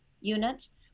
units